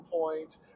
point